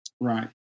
right